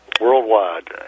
worldwide